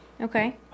Okay